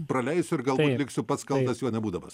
praleisiu ir galbūt liksiu pats kaltas juo nebūdamas